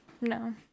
no